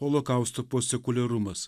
holokausto posekuliarumas